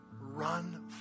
run